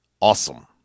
awesome